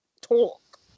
talk